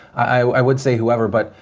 i would say whoever, but,